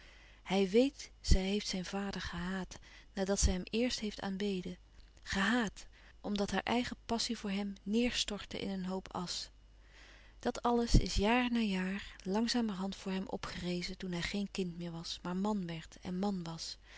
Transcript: hij weet zij heeft zijn vader gehaat nadat zij hem eerst heeft aanbeden gehaat omdat haar eigen passie voor hem neêrstortte in een hoop asch dat alles is jaar na jaar langzamerhand voor hem opgerezen toen hij geen kind meer was maar man werd en man was